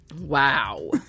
wow